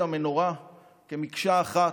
את המנורה כמקשה אחת,